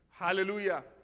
Hallelujah